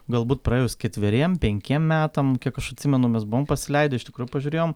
galbūt praėjus ketveriem penkiem metam kiek aš atsimenu mes buvom pasileidę iš tikrų pažiūrėjom